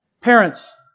parents